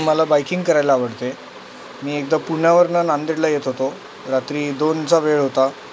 मला बायकिंग करायला आवडते मी एकदा पुण्यावरून नांदेडला येत होतो रात्री दोनचा वेळ होता